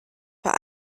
vor